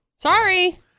Sorry